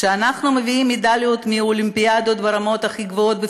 כשאנחנו מביאים מדליות מאולימפיאדות ברמות הכי גבוהות,